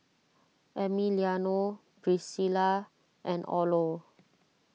Emiliano Priscila and Orlo